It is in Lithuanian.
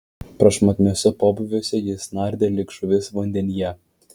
prašmatniuose pobūviuose jis nardė lyg žuvis vandenyje